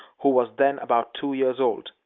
who was then about two years old,